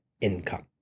income